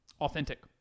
authentic